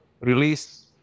release